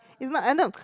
it's like